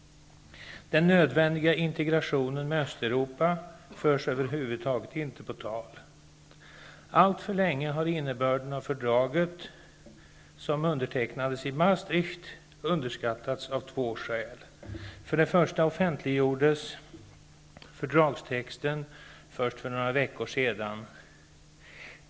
Den nödvändiga integrationen med Östeuropa förs över huvud taget inte på tal. Alltför länge har innebörden av fördraget, som undertecknades i Maastricht, underskattats av två skäl. För det första offentliggjordes fördragstexten först för några veckor sedan.